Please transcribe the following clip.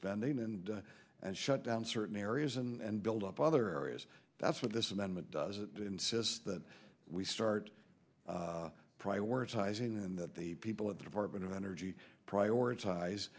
spending and and shut down certain areas and build up other areas that's what this amendment does it insists that we start prioritizing and that the people at the department of energy prioritize